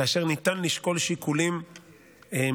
כאשר ניתן לשקול שיקולים מצומצמים,